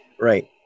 Right